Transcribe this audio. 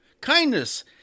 Kindness